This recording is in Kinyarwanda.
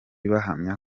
bahamya